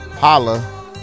Holla